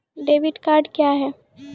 Debit card क्या हैं?